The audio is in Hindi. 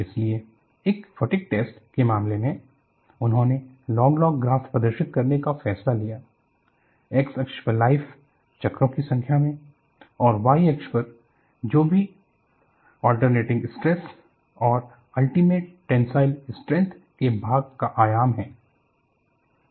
इसलिए एक फटिग टेस्ट के मामले में उन्होंने लॉग लॉग ग्राफ प्रदर्शित करने का फैसला लिया x अक्ष पर लाइफ चक्रों की संख्या में और Y अक्ष पर जो भी अल्टर्नेटिग स्ट्रेस और अल्टीमेट टेंसाइल स्ट्रेंथ के भाग का आयाम है